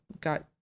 got